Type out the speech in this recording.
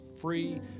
free